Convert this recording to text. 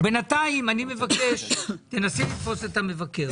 ובנתיים אני מבקש תנסי לתפוס את המבקר